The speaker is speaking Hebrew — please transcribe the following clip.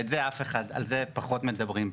ועל זה פחות מדברים פה.